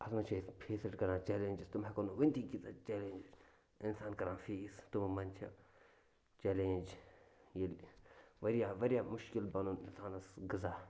تَتھ منٛز چھِ أسۍ فیسٕڈ کَران چیلینٛجِس تِم ہٮ۪کو نہٕ ؤنۍتھٕے کیٖژاہ چیلینٛج اِنسان کَران فیس تِمو منٛز چھِ چٮ۪لینٛج ییٚلہِ واریاہ واریاہ مُشکِل بَنُن اِنسانَس غذا